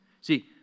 See